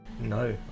No